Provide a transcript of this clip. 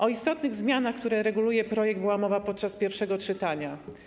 O istotnych zmianach, które wprowadza projekt, była mowa podczas pierwszego czytania.